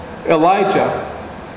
Elijah